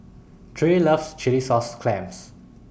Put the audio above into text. Trae loves Chilli Sauce Clams